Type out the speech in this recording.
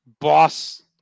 boss